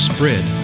Spread